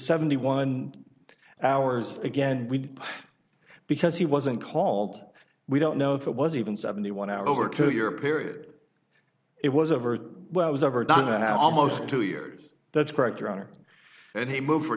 seventy one hours again and we because he wasn't called we don't know if it was even seventy one hour over two year period it was over when i was over done now almost two years that's correct your honor and he moved for